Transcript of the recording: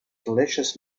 delicious